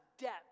depth